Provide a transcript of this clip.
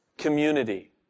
community